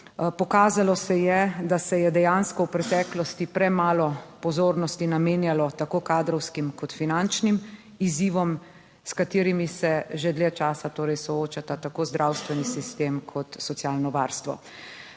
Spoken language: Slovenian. Pokazalo se je, da se je dejansko v preteklosti premalo pozornosti namenjalo tako kadrovskim kot finančnim izzivom, s katerimi se že dlje časa torej soočata tako zdravstveni sistem kot socialno varstvo.